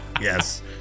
Yes